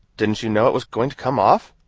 didn't you know it was going to come off?